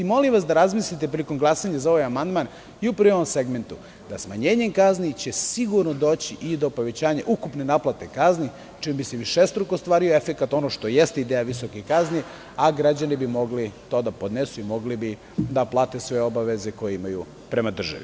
Molim vas da razmislite, prilikom glasanja za ovaj amandman, upravo o ovom segmentu, da će smanjenjem kazni sigurno doći i do povećanja ukupne naplate kazni, čime bi se višestruko ostvario efekat, ono što jeste ideja visokih kazni, a građani bi mogli to da podnesu i mogli bi da plate sve obaveze koje imaju prema državi.